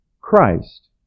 Christ